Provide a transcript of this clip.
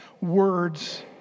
words